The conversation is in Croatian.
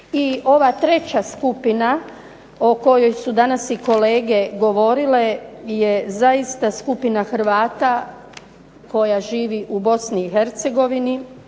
I ova treća skupina o kojoj su danas kolege govorili je zaista skupina Hrvata koja živi u Bosni i hercegovini